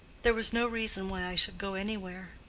there was no reason why i should go anywhere.